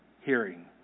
hearing